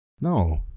no